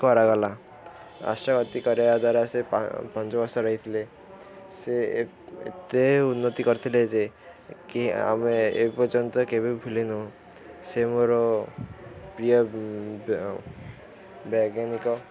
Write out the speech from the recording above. କରାଗଲା କରିବା ଦ୍ୱାରା ସେ ପାଞ୍ଚ ବର୍ଷ ରହିଥିଲେ ସେ ଏତେ ଉନ୍ନତି କରିଥିଲେ ଯେ କି ଆମେ ଏ ପର୍ଯ୍ୟନ୍ତ କେବେ ଭୁଲିନୁ ସେ ମୋର ପ୍ରିୟ ବୈଜ୍ଞାନିକ